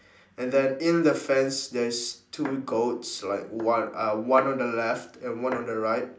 and then in the fence there's two goats like one uh one on the left and one on the right